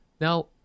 now